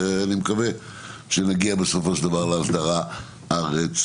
אני מקווה שנגיע בסופו של דבר להסדרה הרצויה.